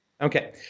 Okay